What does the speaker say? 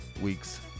week's